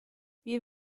wir